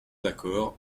d’accord